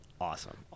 awesome